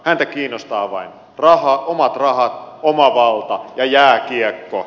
häntä kiinnostaa vain omat rahat oma valta ja jääkiekko